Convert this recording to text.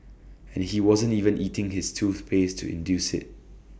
and he wasn't even eating his toothpaste to induce IT